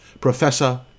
Professor